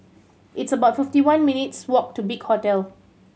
it's about fifty one minutes' walk to Big Hotel